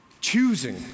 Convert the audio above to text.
Choosing